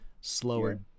slower